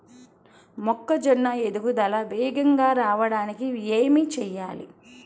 మొక్కజోన్న ఎదుగుదల వేగంగా రావడానికి ఏమి చెయ్యాలి?